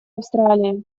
австралии